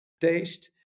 taste